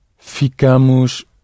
Ficamos